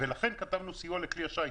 ולכן כתבנו "סיוע לכלי השיט",